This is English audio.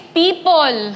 people